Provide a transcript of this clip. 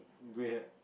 grey hair